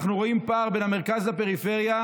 אנחנו רואים פער בין המרכז לפריפריה.